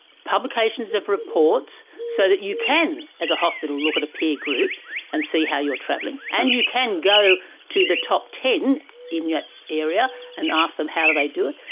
publications of reports so that you can as a hospital look at a peer group and see how you're travelling, and you can go to the top ten in your area and ask them how do they do it.